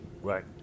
Right